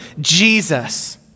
Jesus